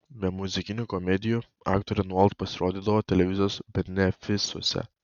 be muzikinių komedijų aktorė nuolat pasirodydavo televizijos benefisuose